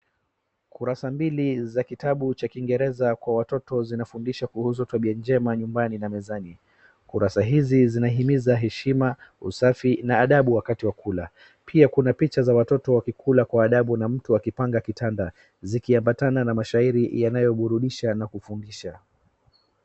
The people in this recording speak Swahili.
Kurasa mbili za kitabu cha kingereza kwa watoto zinafundisha kuhusu tabia njema nyumbani na mezani. Kurasa hizi zinahimiza usafi na adabu wakati wa kula. Pia kuna picha za watoto wakikula kwa adabu na mtu akipanga kitanda zikiambatana na mashairi yanayoburundisha na kufundisha.